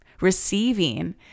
receiving